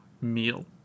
meal